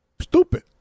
stupid